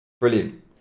brilliant